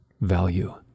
value